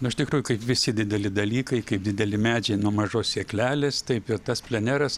na iš tikrųjų kaip visi dideli dalykai kaip dideli medžiai nuo mažos sėklelės taip ir tas pleneras